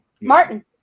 Martin